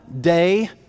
day